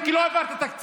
אני רוצה לשאול אותך,